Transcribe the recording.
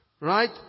Right